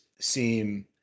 seem